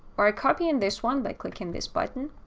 or a copy in this one by clicking this button